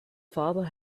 father